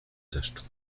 deszczu